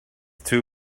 too